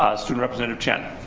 ah student representative chen.